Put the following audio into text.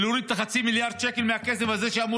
ולהוריד את החצי מיליארד שקל מהכסף הזה שאמור